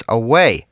away